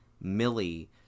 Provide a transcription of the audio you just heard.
Millie